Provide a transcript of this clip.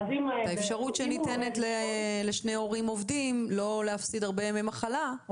האפשרות שניתנת לשני הורים עובדים לא להפסיד הרבה ימי מחלה,